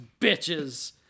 bitches